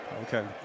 Okay